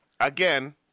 again